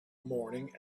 morning